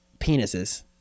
penises